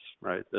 right